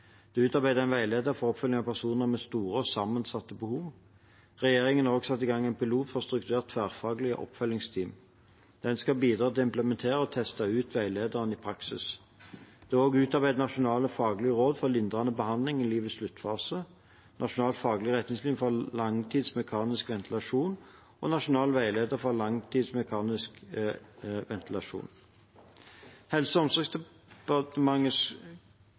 Det er utarbeidet en veileder for oppfølging av personer med store og sammensatte behov. Regjeringen har også satt i gang en pilot for strukturert tverrfaglig oppfølgingsteam. Den skal bidra til å implementere og teste ut veilederen i praksis. Det er også utarbeidet nasjonale faglige råd for lindrende behandling i livets sluttfase, Nasjonal faglig retningslinje for langtids mekanisk ventilasjon og Nasjonal veileder for langtids mekanisk ventilasjon. Helse- og